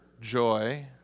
joy